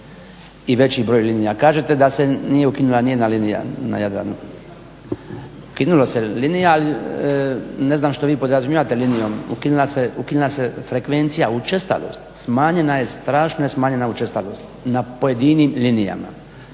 i veći broj linija. Kažete da se nije ukinula ni jedna linija na Jadranu. Ukinulo se linija, ali ne znam što vi podrazumijevate linijom. Ukinula se frekvencija učestalosti, smanjena je, strašno je smanjena učestalost na pojedinim linijama.